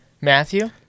matthew